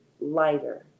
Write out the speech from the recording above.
lighter